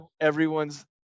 everyone's